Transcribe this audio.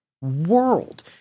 world